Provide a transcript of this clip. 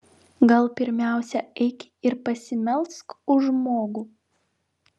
gal pirmiausia eik ir pasimelsk už žmogų